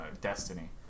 Destiny